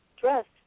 dressed